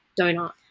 donut